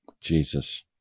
Jesus